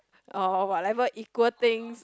or whatever equal things